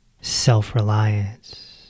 self-reliance